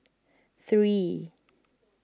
three